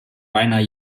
beinahe